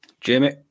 Jamie